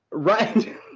right